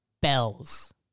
Bells